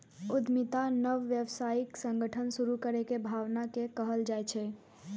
उद्यमिता नव व्यावसायिक संगठन शुरू करै के भावना कें कहल जाइ छै